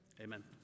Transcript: Amen